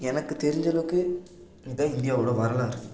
எனக்குத் தெரிஞ்சளவுக்கு இதுதான் இந்தியாவோடய வரலாறு